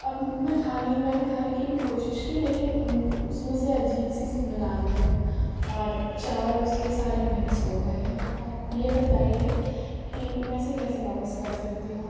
اب میں کھانے میں نے کھانے کی بھی کوشش کی لیکن اس میں سے عجیب سی اسمل آ رہی ہے اور چاول اس کے سارے مکس ہو گئے ہیں آپ یہ بتائیے کہ میں اسے کیسے واپس کر سکتی ہوں